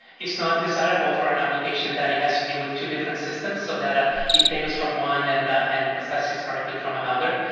it's not desirable for an application that it has to be with two different systems so that ah it tails from one and and processed historically from another.